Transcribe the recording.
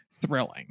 thrilling